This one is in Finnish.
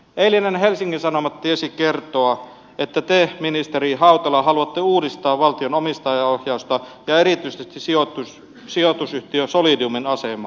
eilinen helsingin sanomat tiesi kertoa että te ministeri hautala haluatte uudistaa valtion omistajaohjausta ja erityisesti sijoitusyhtiö solidiumin asemaa